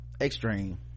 extreme